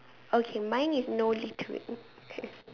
okay mine is no littering okay